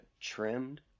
trimmed